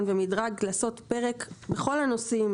צריך לעשות פרק בכל הנושאים